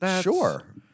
sure